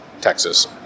Texas